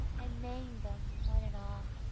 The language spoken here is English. and named them one and all.